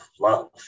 love